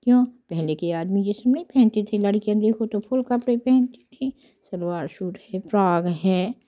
क्यों पहले के आदमी ये सब नहीं पहनते थे लड़कियां देखो तो फूल कपड़े पहनती थी सलवार सूट है फ्रॉग है